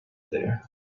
there